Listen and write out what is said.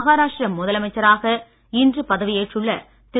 மஹாராஷ்டிரா முதலமைச்சராக இன்று பதவியேற்றுள்ள திரு